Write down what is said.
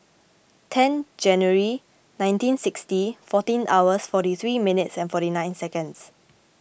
ten January nineteen sixty fourteen hours forty three minutes and forty nine seconds